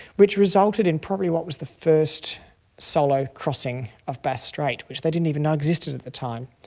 which resulted in probably what was the first solo crossing of bass strait, which they didn't even know existed at the time.